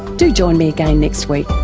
do join me again next week.